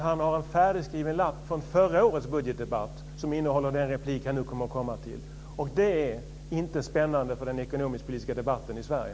Han har en färdigskriven lapp från förra årets budgetdebatt som innehåller den replik som han nu kommer att föra fram, och den är inte spännande för den ekonomisk-politiska debatten i Sverige.